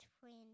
friend